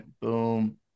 boom